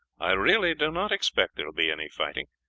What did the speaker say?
i really do not expect there will be any fighting.